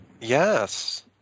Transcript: Yes